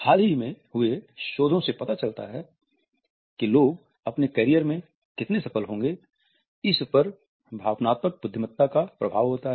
हाल ही में हुए शोध से पता चलता है कि लोग अपने करियर में कितने सफल होगे इसपर भावनात्मक बुद्धिमत्ता का प्रभाव होता है